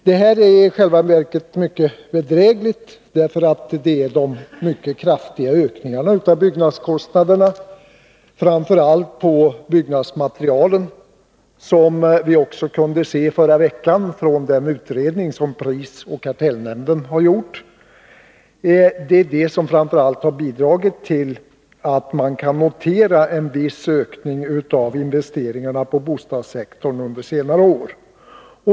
Det här är i själva verket mycket bedrägligt, därför att det är den mycket kraftiga ökningen av byggnadskostnaderna — framför allt på byggnadsmaterialet, som vi också kunde se förra veckan från den utredning som prisoch kartellnämnden har gjort — som framför allt har bidragit till att man kan notera en viss ökning av investeringarna på bostadssektorn under senare år.